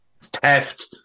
theft